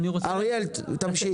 אריאל, תמשיך.